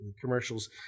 commercials